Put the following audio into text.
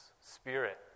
spirit